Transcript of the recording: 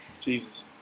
Jesus